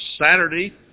Saturday